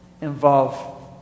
involve